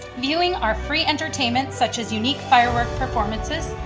viewing our free entertainment, such as unique firework performances,